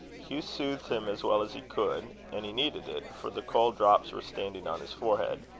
hugh soothed him as well as he could and he needed it, for the cold drops were standing on his forehead.